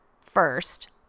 First